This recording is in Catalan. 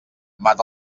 mata